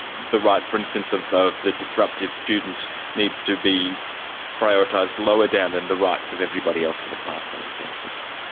the rights, for instance, of of the disruptive student needs to be prioritised lower down than the rights of everybody else in the classroom, for instance.